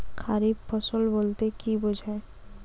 খারিফ ফসল বলতে কী বোঝায়?